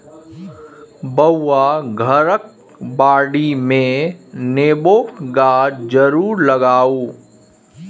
बौआ घरक बाडीमे नेबोक गाछ जरुर लगाउ